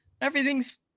Everything's